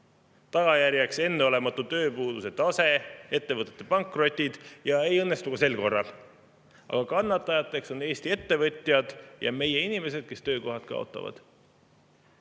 Tagajärg oli enneolematu tööpuuduse tase ja ettevõtete pankrotid. Ei õnnestu ka sel korral. Aga kannatajateks jäävad Eesti ettevõtjad ja meie inimesed, kes töökohad kaotavad.